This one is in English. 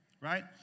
right